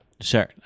Sure